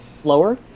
slower